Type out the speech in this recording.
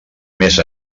més